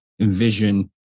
envision